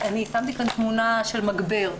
שמתי כאן תמונה של מגבר,